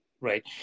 Right